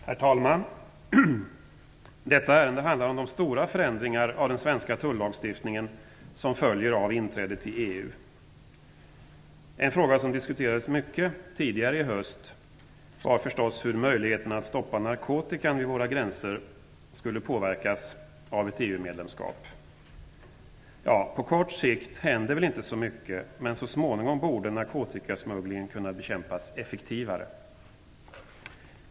Herr talman! Detta ärende handlar om de stora förändringar av den svenska tullagstiftningen som följer av inträdet i EU. En fråga som diskuterades mycket tidigare i höst var hur möjligheterna att stoppa narkotikan vid våra gränser skulle påverkas av ett EU medlemskap. På kort sikt händer väl inte så mycket, men så småningom borde narkotikasmugglingen kunna bekämpas effektivare.